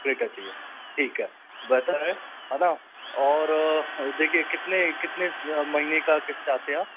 Creta चाहिए ठीक है बेहतर है है ना और देखिये कितने कितने महीने का किस्त चाहते हैं आप